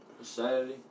Saturday